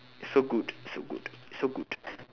so good so good so good